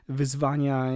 wyzwania